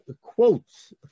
quotes